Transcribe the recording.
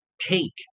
take